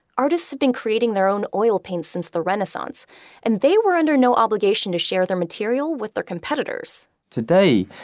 artists have been creating their own oil paints since the renaissance and they were under no obligation to share their material with their competitors today,